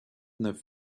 neuf